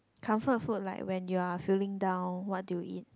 comfort food like when you're feeling down what do you eat